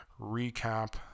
Recap